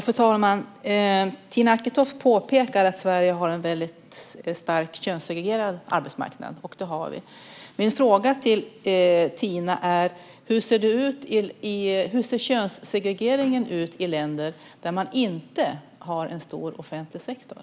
Fru talman! Tina Acketoft påpekar att Sverige har en väldigt könssegregerad arbetsmarknad, och det har vi. Min fråga till Tina är: Hur ser könssegregeringen ut i länder där man inte har en stor offentlig sektor?